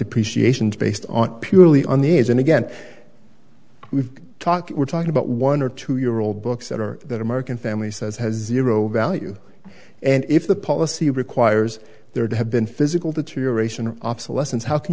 depreciation based on purely on these and again we've talked we're talking about one or two year old books that are that american family says has zero value and if the policy requires there to have been physical deterioration or obsolescence how can